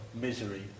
misery